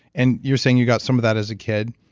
and you were saying you got some of that as a kid.